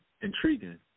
intriguing